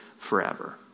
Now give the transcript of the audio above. forever